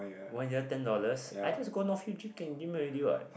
one year ten dollars I just go North Hill gym can already what